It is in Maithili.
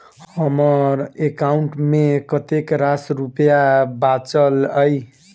हम्मर एकाउंट मे कतेक रास रुपया बाचल अई?